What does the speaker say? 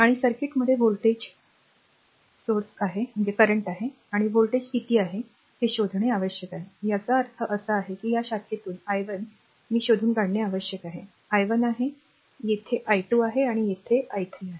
आणि सर्किटमध्ये व्होल्टेज चालू आहे आणि व्होल्टेज किती आहे हे शोधने आवश्यक आहे याचा अर्थ असा आहे की या शाखेतून r i1 मी शोधून काढणे आवश्यक आहे i1 आहे हे येथे आहे i2 आहे आणि येथे आर i3 आहे